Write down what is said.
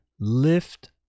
lift